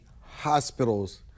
hospitals